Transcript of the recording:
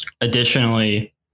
additionally